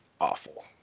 awful